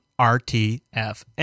RTFM